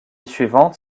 suivante